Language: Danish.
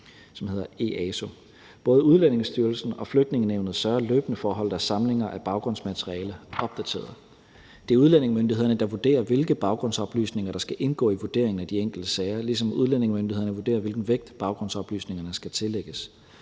EASO. Både Udlændingestyrelsen og Flygtningenævnet sørger løbende for at holde deres samlinger af baggrundsmateriale opdateret. Det er udlændingemyndighederne, der vurderer, hvilke baggrundsoplysninger der skal indgå i vurderingen af de enkelte sager, ligesom udlændingemyndighederne vurderer, hvilken vægt baggrundsoplysningerne skal tillægges.